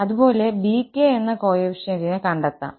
അതുപോലെ 𝑏𝑘 എന്ന കോഎഫിഷ്യന്റ്നെ കണ്ടെത്താം